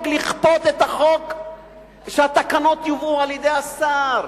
לכפות את החוק ושהתקנות יובאו על-ידי השר.